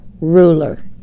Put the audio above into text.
ruler